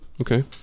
Okay